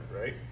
right